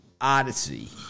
Odyssey